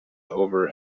over